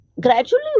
Gradually